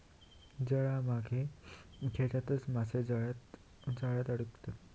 जाळा मागे खेचताच मासे जाळ्यात अडकतत